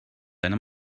einem